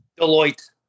Deloitte